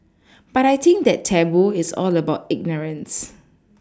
but I think that taboo is all about ignorance